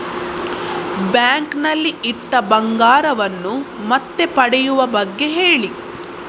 bank ನಲ್ಲಿ ಇಟ್ಟ ಬಂಗಾರವನ್ನು ಮತ್ತೆ ಪಡೆಯುವ ಬಗ್ಗೆ ಹೇಳಿ